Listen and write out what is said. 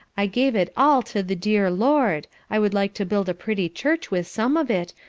i gave it all to the dear lord, i would like to build a pretty church with some of it,